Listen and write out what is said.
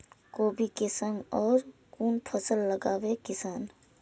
कोबी कै संग और कुन फसल लगावे किसान?